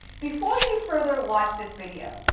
before you further watch this video,